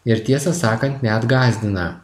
ir tiesą sakant net gąsdina